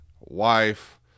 wife